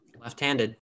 Left-handed